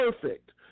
Perfect